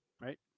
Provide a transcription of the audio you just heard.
Right